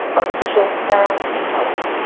artificial narrow intelligence.